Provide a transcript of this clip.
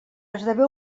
esdevé